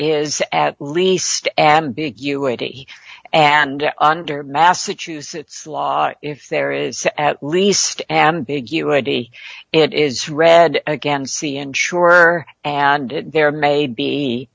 is at least ambiguity and under massachusetts law if there is at least ambiguity it is read again see insurer and there may